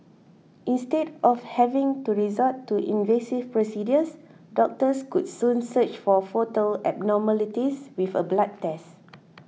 instead of having to resort to invasive procedures doctors could soon search for foetal abnormalities with a black test